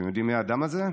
אתם יודעים מי האדם הזה?